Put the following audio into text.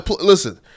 listen